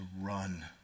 run